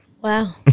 Wow